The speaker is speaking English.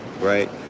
right